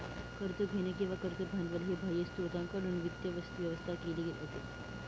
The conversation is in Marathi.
कर्ज घेणे किंवा कर्ज भांडवल हे बाह्य स्त्रोतांकडून वित्त व्यवस्था केली जाते